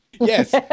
Yes